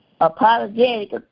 apologetic